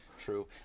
True